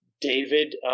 David